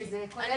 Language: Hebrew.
שוב,